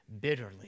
bitterly